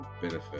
benefit